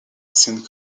saint